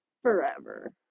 forever